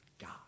God